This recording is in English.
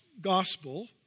gospel